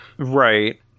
Right